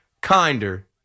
kinder